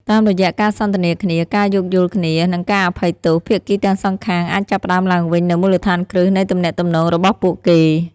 តាមរយៈការសន្ទនាគ្នា ការយោគយល់គ្នា និងការអភ័យទោស ភាគីទាំងសងខាងអាចចាប់ផ្ដើមឡើងវិញនូវមូលដ្ឋានគ្រឹះនៃទំនាក់ទំនងរបស់ពួកគេ។